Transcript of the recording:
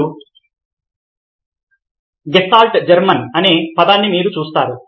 ఇప్పుడు gestalt German అనే పదాన్ని మీరు చూస్తారు